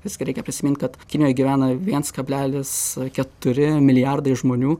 visgi reikia prisimint kad kinijoj gyvena viens kablelis keturi milijardai žmonių